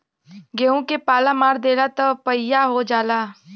गेंहू के पाला मार देला त पइया हो जाला